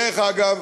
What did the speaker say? דרך אגב,